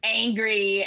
angry